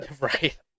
Right